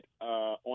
on